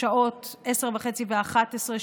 בשעות 22:30 ו-23:00,